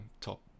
top